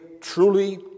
truly